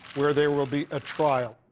where there will be a trial.